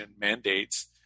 mandates